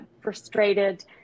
frustrated